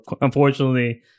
unfortunately